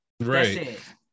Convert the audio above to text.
right